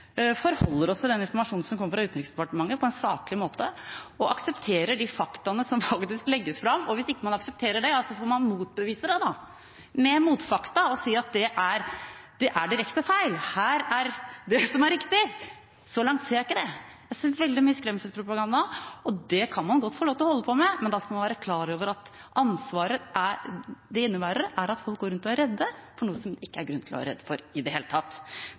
forholder oss til den informasjonen som kommer fra Utenriksdepartementet, på en saklig måte og aksepterer de faktaene som faktisk legges fram. Og hvis man ikke aksepterer det, ja da får man motbevise det, med motfakta, og si: Det er direkte feil, her er det som er riktig. Så langt ser jeg ikke det. Jeg har sett veldig mye skremselspropaganda, og det kan man godt få lov til å holde på med, men da skal man være klar over at ansvaret det innebærer, er at folk går rundt og er redde for noe som det ikke er grunn til å være redd for i det hele tatt.